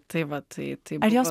tai va tai tai buvo